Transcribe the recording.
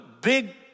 big